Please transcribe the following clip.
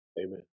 Amen